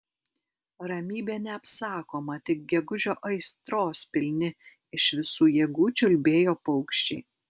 ramybė neapsakoma tik gegužio aistros pilni iš visų jėgų čiulbėjo paukščiai